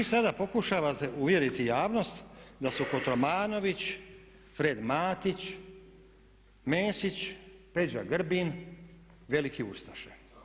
Vi sada pokušavate uvjeriti javnost da su Kotromanović, Fred Matić, Mesić, Peđa Grbin veliki ustaše.